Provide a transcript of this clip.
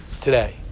today